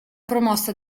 promossa